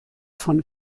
von